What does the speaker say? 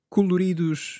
Coloridos